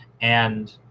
And-